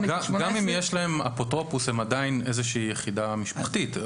גם אם יש להם אפוטרופוס הם עדיין איזושהי יחידה משפחתית.